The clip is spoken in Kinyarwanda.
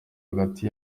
hagati